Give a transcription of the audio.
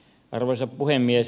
arvoisa puhemies